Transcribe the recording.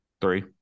Three